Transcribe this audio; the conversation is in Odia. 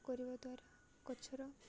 କରିବା ଦ୍ୱାରା ଗଛର